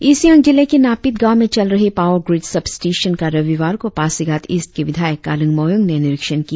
east Siang जिले के नापीत गांव में चल रही पावर ग्रीड सब स्टेशन का रविवार को पासीघाट ईस्ट के विधायक कालिंग मोयोंग ने निरीक्षण किया